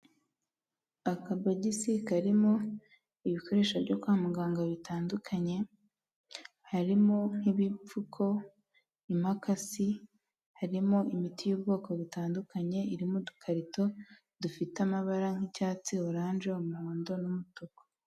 Akabogisi karimo ibikoresho byo kwa muganga bitandukanye, harimo nk'ibipfuko, impakasi, harimo imiti y'ubwoko butandukanye, irimo udukarito dufite amabara nk'icyatsi, oranje, umuhondo n'umutuku.